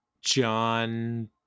John